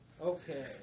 Okay